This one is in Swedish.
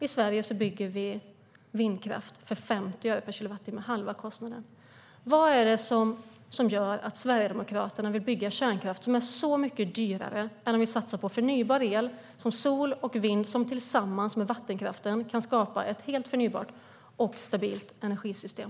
I Sverige bygger vi vindkraft för 50 öre per kilowattimme, halva kostnaden. Vad är det som gör att Sverigedemokraterna vill bygga kärnkraft som är så mycket dyrare än om vi satsar på förnybar el som sol och vind som tillsammans med vattenkraften kan skapa ett helt förnybart och stabilt energisystem?